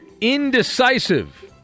indecisive